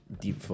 deep